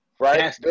Right